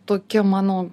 tokia mano